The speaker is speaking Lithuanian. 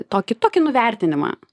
tokį tokį nuvertinimą